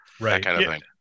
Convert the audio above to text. right